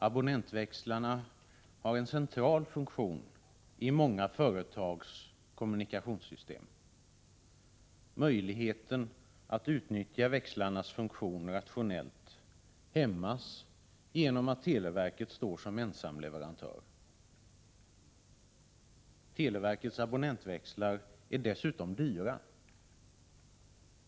Abonnentväxlarna har en central funktion i många företags kommunikationssystem. Möjligheten att utnyttja växlarnas funktion rationellt hämmas genom att televerket står som ensam leverantör. Televerkets abonnentväxlar är dessutom dyra.